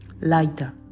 lighter